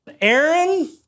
Aaron